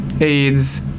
AIDS